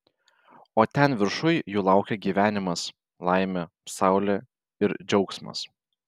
o ten viršuj jų laukia gyvenimas laimė saulė ir džiaugsmas